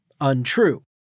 untrue